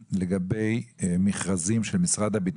הרצינות את הכאב שלך ואת האתגרים של הבן